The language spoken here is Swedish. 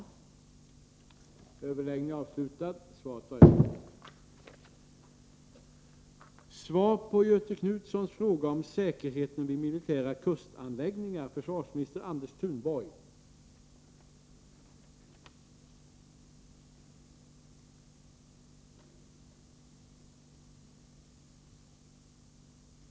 Torsdagen den